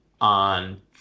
on